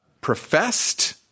Professed